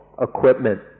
equipment